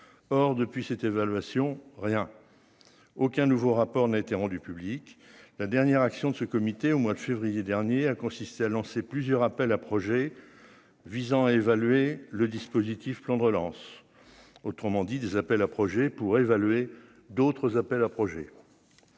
or depuis cette évaluation, rien, aucun nouveau rapport n'a été rendue publique la dernière action de ce comité, au mois de février dernier a consisté à lancé plusieurs appels à projets visant à évaluer le dispositif plan de relance, autrement dit des appels à projets pour évaluer d'autres appels à projets